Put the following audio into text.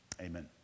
Amen